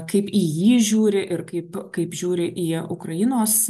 kaip į jį žiūri ir kaip kaip žiūri į ukrainos